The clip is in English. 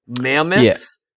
Mammoths